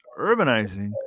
urbanizing